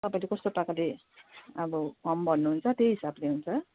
तपाईँले कस्तो प्रकारले अब फर्म भर्नुहुन्छ त्यही हिसाबले हुन्छ